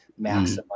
maximize